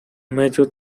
major